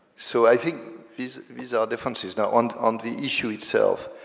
so, i think these these are differences. now, on on the issue itself,